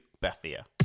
bethia